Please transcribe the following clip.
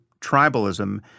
tribalism